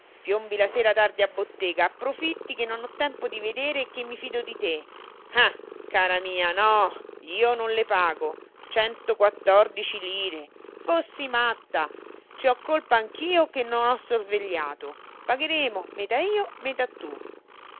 piombi la sera tardi a bottega approfitti che non ho tempo di vedere e che mi fido di te ah cara mia no io non le pago centoquattordici lire fossi matta ci ho colpa anch'io che non ho sorvegliato pagheremo metà io metà tu